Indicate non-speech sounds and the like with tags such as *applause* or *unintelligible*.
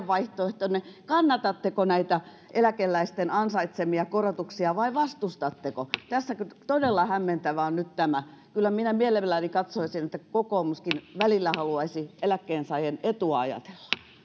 *unintelligible* vaihtoehtonne kannatatteko näitä eläkeläisten ansaitsemia korotuksia vai vastustatteko tässä on nyt todella hämmentävää tämä kyllä minä mielelläni katsoisin että kokoomuskin välillä haluaisi eläkkeensaajien etua ajatella